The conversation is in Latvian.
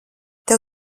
tev